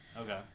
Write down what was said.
Okay